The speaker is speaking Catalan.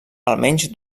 almenys